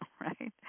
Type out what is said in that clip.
right